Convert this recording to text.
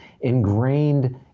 ingrained